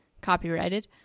copyrighted